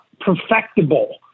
perfectible